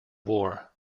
war